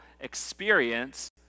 experience